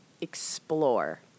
explore